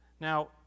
Now